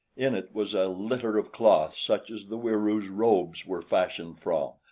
in it was a litter of cloth such as the wieroos' robes were fashioned from,